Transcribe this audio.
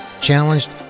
challenged